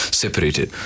separated